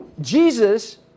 Jesus